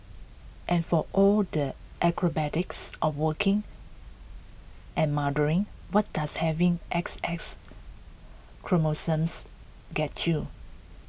and for all the acrobatics of working and mothering what does having X X chromosomes get you